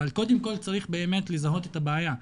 אבל קודם כל צריך באמת לזהות את הבעיה.